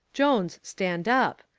jones, stand up,